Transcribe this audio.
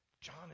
John